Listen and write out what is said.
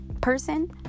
person